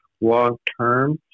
long-term